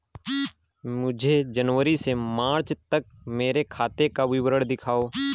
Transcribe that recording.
मुझे जनवरी से मार्च तक मेरे खाते का विवरण दिखाओ?